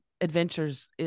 adventures